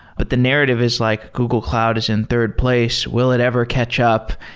but the narrative is like google cloud is in third place. will it ever catch up?